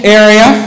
area